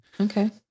Okay